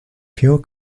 pure